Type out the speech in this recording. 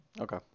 Okay